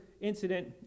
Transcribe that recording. incident